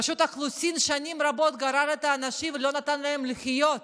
רשות האוכלוסין שנים רבות גררה את האנשים ולא נתנה להם לחיות,